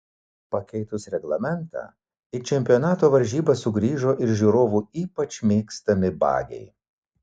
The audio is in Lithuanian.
pakeitus reglamentą į čempionato varžybas sugrįžo ir žiūrovų ypač mėgstami bagiai